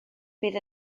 bydd